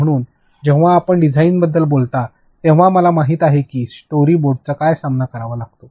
म्हणून जेव्हा आपण या डिझाइन बद्दल बोलता तेव्हा मला माहित आहे की स्टोरी बोर्डचा काय सामना करावा लागतो